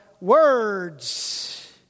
words